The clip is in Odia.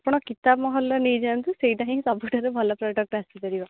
ଆପଣ କିତାବ ମହଲ ନେଇଯାଆନ୍ତୁ ସେଇଟା ହିଁ ସବୁଠାରୁ ଭଲ ପ୍ରଡ଼କ୍ଟ ଆସିପାରିବ